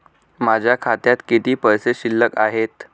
माझ्या खात्यात किती पैसे शिल्लक आहेत?